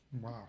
wow